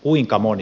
kuinka moni